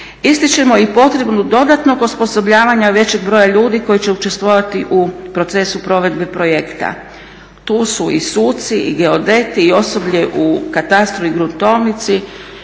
ističemo i potrebu dodatnog osposobljavanja većeg broja ljudi koji će učestvovati u procesu provedbe projekta. Tu su i suci i geodeti i osoblje u katastru i gruntovnici